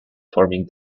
forming